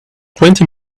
twenty